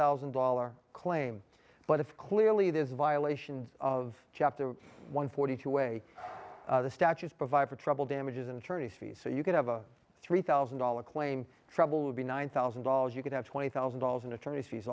thousand dollar claim but if clearly there's a violation of chapter one forty two way the statutes provide for trouble damages and attorneys fees so you could have a three thousand dollar claim trouble would be one thousand dollars you could have twenty thousand dollars in attorney